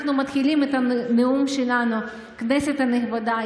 אנחנו מתחילים את הנאום שלנו ב"כנסת נכבדה",